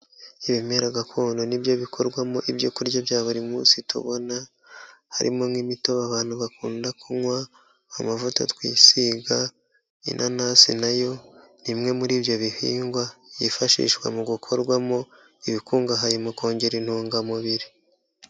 Ibimera gakondo ni byo bikorwamo ibyo kurya bya buri munsi tubona, harimo nk'imitobe abantu bakunda kunywa, amavuta twisiga, inanasi na yo ni imwe muri ibyo bihingwa, yifashishwa mu gukorwamo ibikungahaye mu kongera intungamubiri.